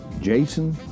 Jason